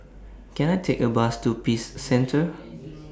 Can I Take A Bus to Peace Centre